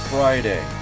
Friday